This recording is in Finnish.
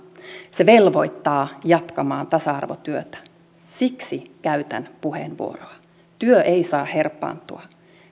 se velvoittaa jatkamaan tasa arvotyötä siksi käytän puheenvuoroa työ ei saa herpaantua